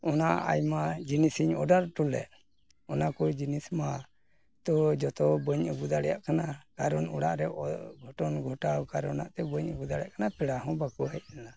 ᱚᱱᱟ ᱟᱭᱢᱟ ᱡᱤᱱᱤᱥ ᱤᱧ ᱚᱰᱟᱨ ᱚᱸᱴᱚᱞᱮᱫ ᱚᱱᱟ ᱠᱚ ᱡᱤᱱᱤᱥ ᱢᱟ ᱛᱚ ᱡᱚᱛᱚ ᱵᱟᱹᱧ ᱟᱹᱜᱩ ᱫᱟᱲᱮᱭᱟᱜ ᱠᱟᱱᱟ ᱠᱟᱨᱚᱱ ᱚᱲᱟᱜ ᱨᱮ ᱚᱜᱷᱚᱴᱚᱱ ᱜᱷᱚᱴᱟᱣ ᱠᱟᱨᱚᱱᱟᱜ ᱛᱮ ᱵᱟᱹᱧ ᱟᱹᱜᱩ ᱫᱟᱲᱮᱭᱟᱜ ᱠᱟᱱᱟ ᱯᱮᱲᱟ ᱦᱚᱸ ᱵᱟᱠᱚ ᱦᱮᱡ ᱞᱮᱱᱟ